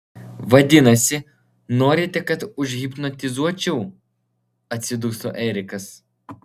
vadinasi norite kad užhipnotizuočiau atsiduso erikas